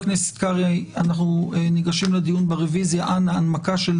(הישיבה נפסקה